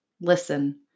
listen